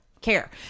care